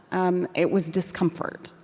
um it was discomfort.